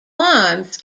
arms